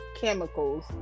chemicals